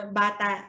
bata